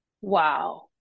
Wow